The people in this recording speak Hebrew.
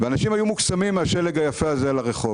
אנשים היו מוקסמים מהשלג היפה הזה ברחוב,